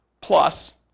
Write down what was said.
Plus